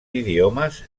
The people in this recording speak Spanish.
idiomas